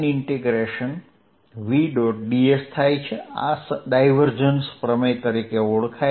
ds આ divergence પ્રમેય તરીકે ઓળખાય છે